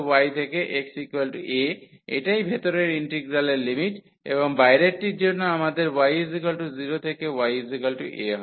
সুতরাং x y থেকে x a এটাই ভেতরের ইন্টিগ্রালের লিমিট এবং বাইরেরটির জন্য আমাদের y 0 থেকে y a হয়